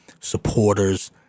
supporters